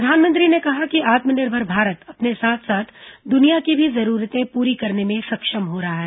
प्रधानमंत्री ने कहा कि आत्मनिर्भर भारत अपने साथ साथ दुनिया की भी जरूरतें प्री करने में सक्षम हो रहा है